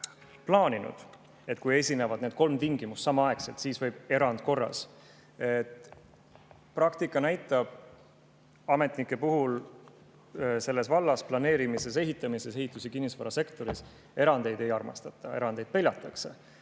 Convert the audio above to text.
plaaninud, et kui esinevad need kolm tingimust samaaegselt, siis võib erandkorras … Praktika näitab, et ametnikud selles vallas – planeerimises, ehitamises, ehitus- ja kinnisvarasektoris – erandeid ei armasta. Erandeid peljatakse.